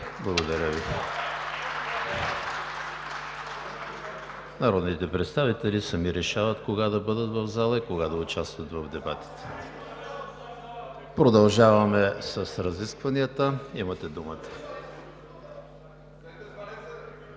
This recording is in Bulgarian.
Стойнев. Народните представители сами решават кога да бъдат в залата и кога да участват в дебатите. Продължаваме с разискванията. Имате думата.